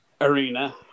arena